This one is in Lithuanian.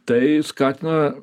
tai skatina